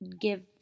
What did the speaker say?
give